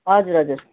हजुर हजुर